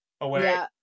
away